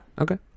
Okay